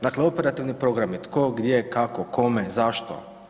Dakle, operativni programi tko, gdje, kako, kome, zašto.